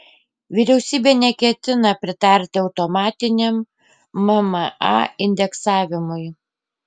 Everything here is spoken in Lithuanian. vyriausybė neketina pritarti automatiniam mma indeksavimui